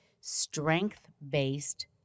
strength-based